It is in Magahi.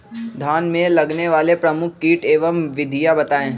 धान में लगने वाले प्रमुख कीट एवं विधियां बताएं?